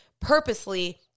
purposely